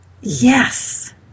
Yes